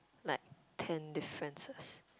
like ten differences